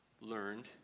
learned